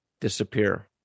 disappear